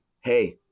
hey